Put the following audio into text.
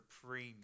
supreme